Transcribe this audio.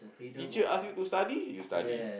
teacher ask you to study you study